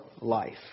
life